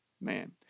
man